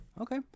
Okay